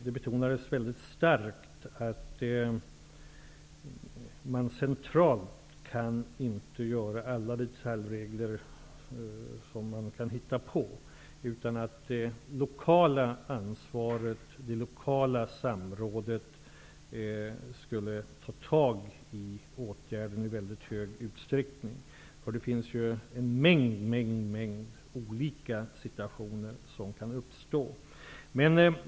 Det betonades då väldigt starkt att man centralt inte kan utforma alla tänkbara detaljregler. Det lokala ansvaret och samrådet måste i väldigt stor utsträckning påverka åtgärderna. En mängd olika situationer kan ju uppstå.